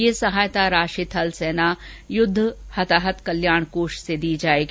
यह सहायता राशि थल सेना युद्ध हताहत कल्याण कोष से दी जायेगी